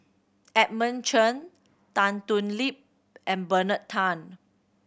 Edmund Chen Tan Thoon Lip and Bernard Tan